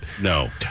No